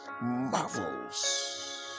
marvels